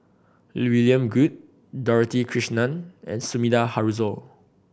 William Goode Dorothy Krishnan and Sumida Haruzo